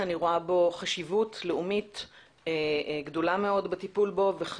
שאני רואה חשיבות לאומית גדול מאוד בטיפול בו ויותר